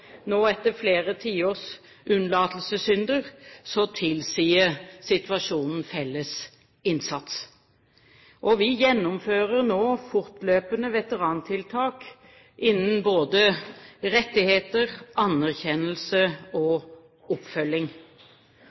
nå, etter flere tiår med unnlatelsessynder, tilsier situasjonen felles innsats. Vi gjennomfører nå fortløpende veterantiltak innen både rettigheter, anerkjennelse og oppfølging.